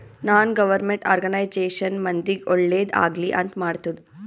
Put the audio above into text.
ನಾನ್ government organisation ಮಂದಿಗ್ ಒಳ್ಳೇದ್ ಆಗ್ಲಿ ಅಂತ್ ಮಾಡ್ತುದ್